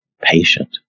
patient